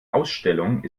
ausstellung